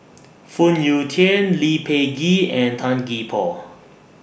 Phoon Yew Tien Lee Peh Gee and Tan Gee Paw